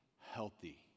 healthy